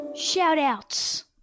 Shout-outs